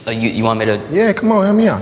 ah you you want me to yeah my. um yeah